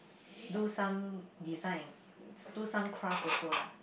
do some design and do some craft also lah